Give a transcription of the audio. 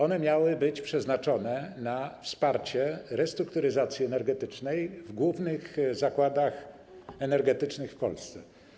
One miały być przeznaczone na wsparcie restrukturyzacji energetycznej w głównych zakładach energetycznych w Polsce.